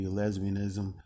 lesbianism